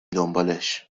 دنبالش